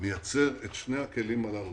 מייצר את שני הכלים הללו,